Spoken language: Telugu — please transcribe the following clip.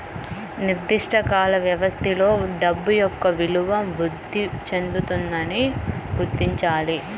నిర్దిష్ట కాల వ్యవధిలో డబ్బు యొక్క విలువ వృద్ధి చెందుతుందని గుర్తించాలి